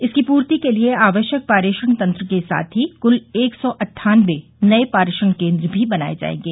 इसकी पूर्ति के लिये आवश्यक पारेषण तंत्र के साथ ही कुल एक सौ अट्ठानबे नये पारेषण केन्द्र भी बनाये जायेंगे